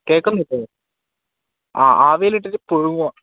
കേൾക്കുന്നിലെ ആ ആവിയിലിട്ടിട്ട് പുഴുങ്ങുക